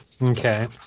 Okay